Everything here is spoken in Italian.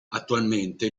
attualmente